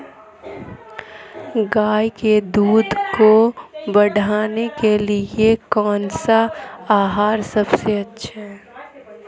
गाय के दूध को बढ़ाने के लिए कौनसा आहार सबसे अच्छा है?